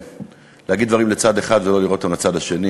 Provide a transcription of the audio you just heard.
אי-אפשר להגיד דברים בצד אחד ולא לראות אותם בצד השני.